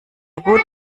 gut